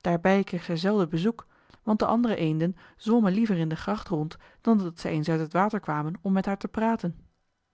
daarbij kreeg zij zelden bezoek want de andere eenden zwommen liever in de gracht rond dan dat zij eens uit het water kwamen om met haar te praten